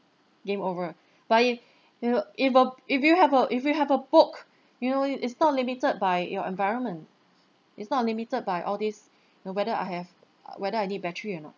game over but if you if a if you have a if you have a book you know it it's not limited by your environment it's not limited by all these you know whether I have uh whether I need battery or not